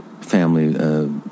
family